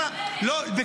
היא משלמת, משלמת --- 25%.